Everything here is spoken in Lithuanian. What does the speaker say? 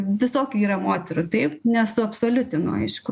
visokių yra moterų taip nesuabsoliutinu aišku